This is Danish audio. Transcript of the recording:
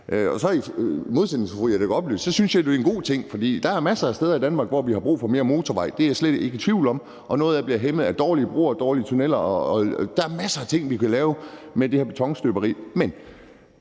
Jette Gottlieb synes jeg jo, det er en god ting, for der er masser af steder i Danmark, hvor vi har brug for mere motorvej – det er jeg slet ikke i tvivl om – og noget af det bliver hæmmet af dårlige broer og dårlige tunneller. Der er masser af ting, vi kan lave med det her betonstøberi,